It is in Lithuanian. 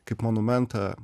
kaip monumentą